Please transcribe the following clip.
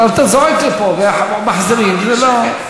אבל אתה זועק פה, ומחזירים, זה לא.